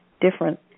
different